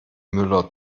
müller